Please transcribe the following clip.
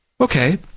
Okay